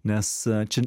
nes čia